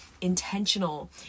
intentional